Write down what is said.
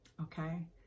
okay